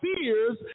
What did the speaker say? fears